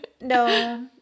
no